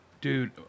dude